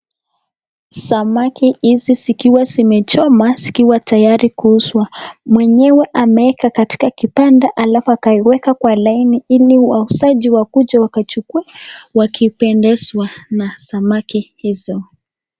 Samaki izi zikiwa zimechomwa zikiwa tayari kuuzwa mwenyewe ameweka katika kibanda alafu akaweka kwa laini ili wauzaji wakuje kuchukua wakipendezwa na samaki hizo